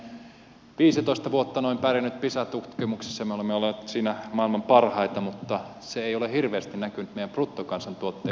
olemme noin viisitoista vuotta pärjänneet pisa tutkimuksissa ja olemme olleet siinä maailman parhaita mutta se ei ole hirveästi näkynyt meidän bruttokansantuotteen nousuna